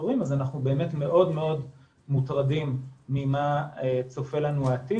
תורים אז אנחנו באמת מאוד מוטרדים ממה צופן לנו העתיד,